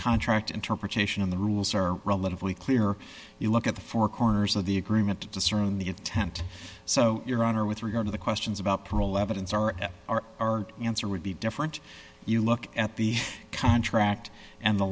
contract interpretation of the rules are relatively clear you look at the four corners of the agreement to discern the intent so your honor with regard to the questions about parole evidence our our our answer would be different you look at the contract and the